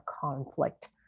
conflict